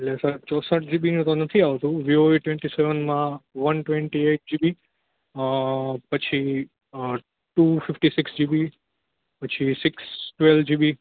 એટલે સર ચોસટ જીબીનો તો નથી આવતો વિવો વિ ટવેન્ટી સેવન માં વન ટવેન્ટી એઇટ જીબી પછી ટૂ ફિફ્ટી સિક્સ જીબી પછી સિક્સ ટવેલ જીબી